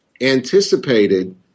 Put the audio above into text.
anticipated